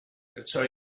perciò